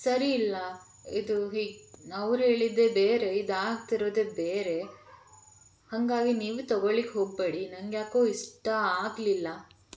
ಸರಿಯಿಲ್ಲ ಇದು ಹೀಗೆ ಅವ್ರರು ಹೇಳಿದ್ದೇ ಬೇರೆ ಇದು ಆಗ್ತಿರೋದೇ ಬೇರೆ ಹಾಗಾಗಿ ನೀವು ತೊಗೊಳ್ಳಿಕ್ಕೆ ಹೋಗಬೇಡಿ ನನಗ್ಯಾಕೊ ಇಷ್ಟ ಆಗಲಿಲ್ಲ